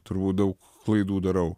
turbūt daug klaidų darau